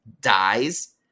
dies